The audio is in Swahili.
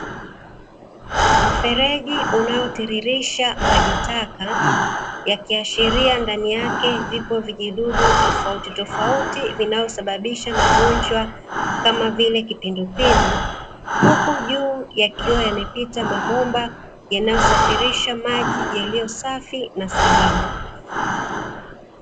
Mfereji unaotiririsha maji taka, yakiashiria ndani yake vipo vijidudu tofautitofauti vinavyosababisha magonjwa kama vile kipindupindu. Huku juu yakiwa yamepita mabomba, yanayosafirisha maji yaliyo safi na salama.